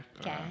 Okay